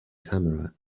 camera